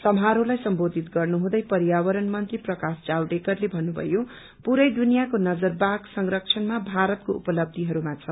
समारोहलाई सम्बोधित गर्नुहुँदै पयावरण मंत्री प्रकाश जावडेकरले भन्नुभयो पुरै दुनियाको नजर बाघ संरक्षणमा भारतको उपलघ्रिटयहरूमा छ